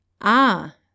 Ah